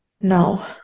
no